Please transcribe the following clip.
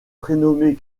prénommé